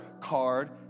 card